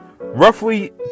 Roughly